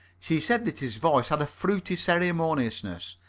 she said that his voice had a fruity ceremoniousness,